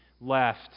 left